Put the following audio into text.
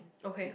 okay